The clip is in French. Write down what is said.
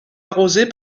arrosée